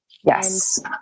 Yes